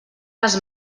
les